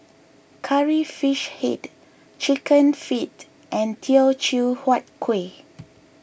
Curry Fish Head Chicken Feet and Teochew Huat Kueh